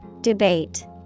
Debate